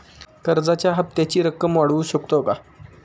कर्जाच्या हप्त्याची रक्कम वाढवू शकतो का?